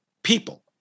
people